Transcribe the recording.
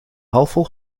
halfvol